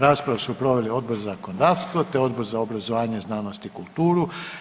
Raspravu su proveli Odbor za zakonodavstvo te Odbor za obrazovanje znanost i kulturu.